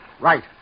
Right